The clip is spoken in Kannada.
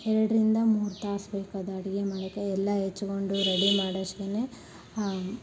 ಎರಡರಿಂದ ಮೂರು ತಾಸು ಬೇಕು ಅದು ಅಡುಗೆ ಮಾಡೋಕೆ ಎಲ್ಲ ಹೆಚ್ಕೊಂಡು ರೆಡಿ ಮಾಡಿ ಅಷ್ಟ್ಗೆನೆ ಹಾಂ